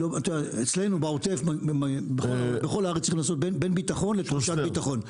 אצלנו בעוטף ובכל הארץ צריך לעשות בין ביטחון לתחושת ביטחון.